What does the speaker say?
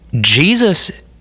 Jesus